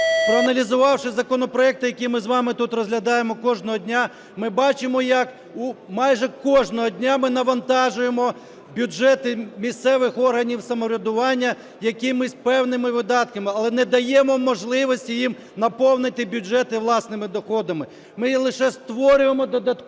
проаналізувавши законопроекти, які ми з вами тут розглядаємо кожного дня, ми бачимо, як майже кожного дня ми навантажуємо бюджети місцевих органів самоврядування якимись певними видатками, але не даємо можливості їм наповнити бюджети власними доходами. Ми лише створюємо додаткові